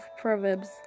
Proverbs